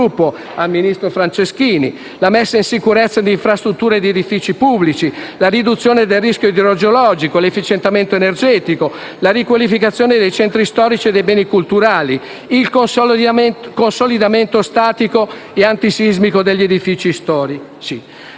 il nostro Capogruppo - la messa in sicurezza di infrastrutture e di edifici pubblici; la riduzione del rischio idrogeologico; l'efficientamento energetico; la riqualificazione dei centri storici e dei beni culturali; il consolidamento statico e antisismico degli edifici storici.